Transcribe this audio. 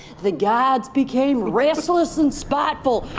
the gods became restless and spiteful,